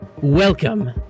welcome